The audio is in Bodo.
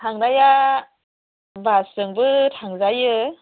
थांनाया बासजोंबो थांजायो